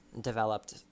developed